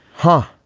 huh.